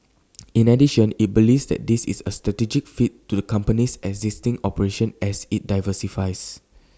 in addition IT believes that this is A strategic fit to the company's existing operation as IT diversifies